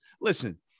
listen